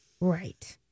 Right